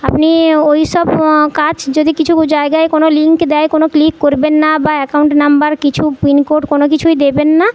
আপনি ওইসব কাজ যদি কিছু জায়গায় কোনো লিঙ্ক দেয় কোনো ক্লিক করবেন না বা অ্যাকাউন্ট নম্বর কিছু পিনকোড কোনো কিছুই দেবেন না